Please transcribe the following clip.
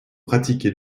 pratiquer